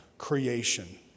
creation